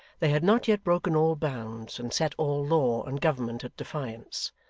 they had not yet broken all bounds and set all law and government at defiance.